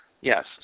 Yes